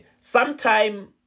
Sometime